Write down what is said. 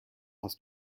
hast